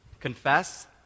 confess